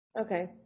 Okay